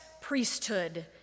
priesthood